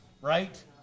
right